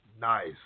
Nice